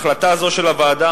החלטה זו של הוועדה,